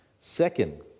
Second